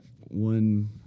one